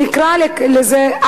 נקרא לזה,